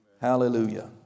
Hallelujah